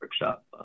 workshop